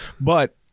But-